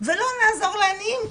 ולא נעזור לעניים,